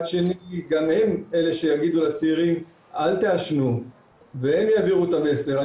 שני גם הם אלה שיגידו לצעירים 'אל תעשנו' והם יעבירו את המסר,